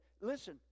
Listen